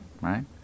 Right